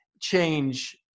change